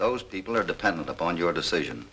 those people are dependent upon your decision